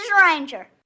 Ranger